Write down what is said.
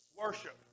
worship